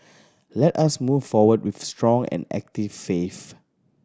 let us move forward with strong and active faith